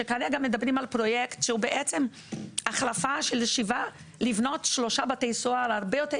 וכרגע מדברים על פרויקט בנייה של שלושה בתי סוהר הרבה יותר